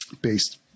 based